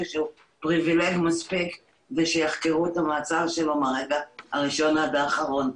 שהוא פריבילג מספיק כדי שיחקרו את המעצר שלו מהרגע הראשון עד האחרון.